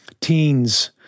Teens